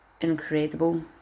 incredible